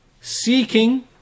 Seeking